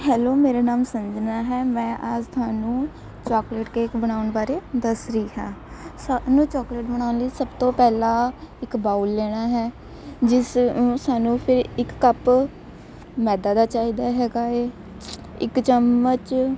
hello ਮੇਰਾ ਨਾਮ ਸੰਜਨਾ ਹੈ ਮੈਂ ਅੱਜ ਤੁਹਾਨੂੰ ਚੋਕਲੇਟ ਕੇਕ ਬਣਾਉਣ ਬਾਰੇ ਦੱਸ ਰਹੀ ਹਾਂ ਸਾਨੂੰ ਚੋਕਲੇਟ ਬਣਾਉਣ ਲਈ ਸਭ ਤੋਂ ਪਹਿਲਾਂ ਇੱਕ ਬਾਉਲ ਲੈਣਾ ਹੈ ਜਿਸ ਨੂੰ ਸਾਨੂੰ ਫਿਰ ਇੱਕ ਕੱਪ ਮੈਦਾ ਦਾ ਚਾਹੀਦਾ ਹੈ ਹੈਗਾ ਏ ਇੱਕ ਚਮਚ